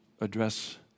address